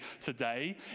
today